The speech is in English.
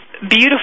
beautiful